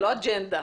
לא אג'נדה.